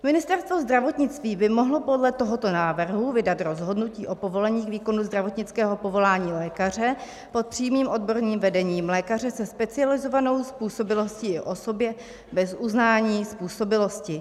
Ministerstvo zdravotnictví by mohlo podle tohoto návrhu vydat rozhodnutí o povolení výkonu zdravotnického povolání lékaře pod přímým odborným vedením lékaře se specializovanou způsobilostí i osobě bez uznání způsobilosti.